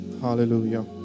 Hallelujah